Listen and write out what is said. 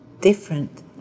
different